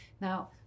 Now